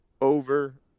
over